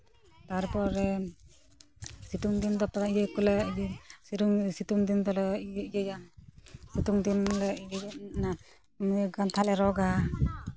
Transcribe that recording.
ᱛᱟᱨᱯᱚᱨᱮ ᱥᱤᱛᱩᱝ ᱫᱤᱱ ᱫᱚ ᱤᱭᱟᱹ ᱠᱚᱞᱮ ᱥᱤᱛᱩᱝ ᱫᱤᱱ ᱫᱚᱞᱮ ᱤᱭᱟᱹᱭᱟ ᱥᱤᱛᱩᱝ ᱫᱤᱱᱞᱮ ᱤᱭᱟᱹᱭᱟ ᱠᱟᱱᱛᱷᱟᱞᱮ ᱨᱚᱜᱽᱼᱟ